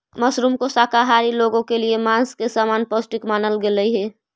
mushroom को शाकाहारी लोगों के लिए मांस के समान पौष्टिक मानल गेलई हे